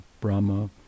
Brahma